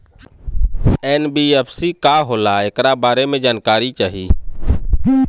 NBFC का होला ऐकरा बारे मे जानकारी चाही?